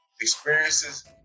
experiences